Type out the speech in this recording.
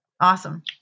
Awesome